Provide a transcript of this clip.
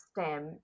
stem